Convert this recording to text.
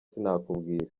sinakubwira